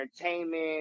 entertainment